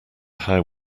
how